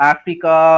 Africa